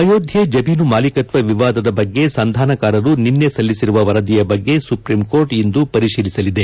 ಅಯೋಧ್ಯೆ ಜಮೀನು ಮಾಲಿಕತ್ವ ವಿವಾದದ ಬಗ್ಗೆ ಸಂಧಾನಕಾರರು ನಿನ್ನೆ ಸಲ್ಲಿಸಿರುವ ವರದಿಯ ಬಗ್ಗೆ ಸುಪ್ರೀಂಕೋರ್ಟ್ ಇಂದು ಪರಿಶೀಲಿಸಲಿದೆ